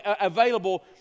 available